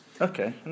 Okay